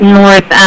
north